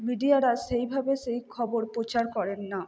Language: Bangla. মিডিয়ারা সেইভাবে সেই খবর প্রচার করেন না